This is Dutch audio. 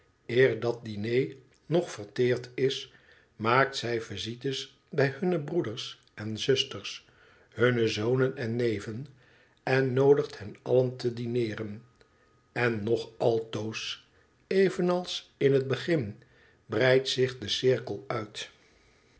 eer dat diner nog verteerd is maakt zij visites bij hunne broeders en zusters hunne zonen en neven en noodigt hen allen te dineeren en nog altoos evenals in het begin breidt zich de cirkel uit